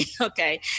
Okay